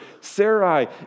Sarai